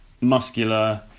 muscular